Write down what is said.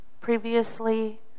previously